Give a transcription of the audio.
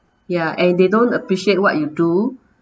ya and they don't appreciate what you do